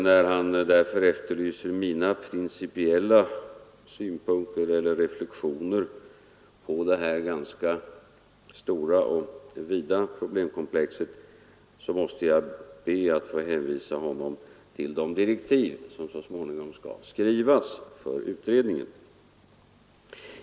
När han därför efterlyser mina principiella synpunkter eller reflexioner på detta ganska stora och vida problemkomplex, måste jag be att få hänvisa honom till de direktiv som så småningom skall skrivas för utredningen.